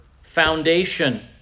foundation